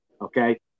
Okay